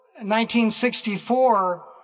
1964